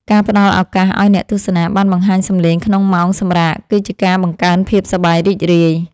ការផ្ដល់ឱកាសឱ្យអ្នកទស្សនាបានបង្ហាញសម្លេងក្នុងម៉ោងសម្រាកគឺជាការបង្កើនភាពសប្បាយរីករាយ។